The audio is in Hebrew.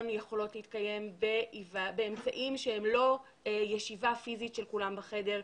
יכולות להתקיים באמצעים שהם לא ישיבה פיזית של כולם בחדר.